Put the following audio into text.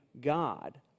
God